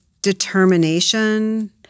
determination